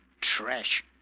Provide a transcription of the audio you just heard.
trash